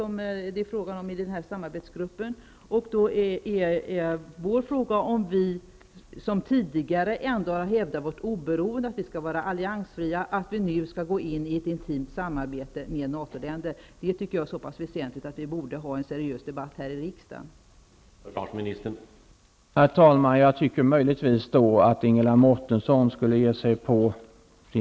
Min fråga är: Är det meningen att vi, som tidigare har hävdat vårt oberoende och vår alliansfrihet, nu skall gå in i ett intimt samarbete med NATO länder? Jag tycker att det är så väsentligt att vi borde föra en seriös debatt här i riksdagen om detta.